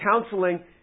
counseling